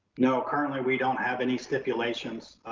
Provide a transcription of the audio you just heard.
no, currently we don't have any stipulations.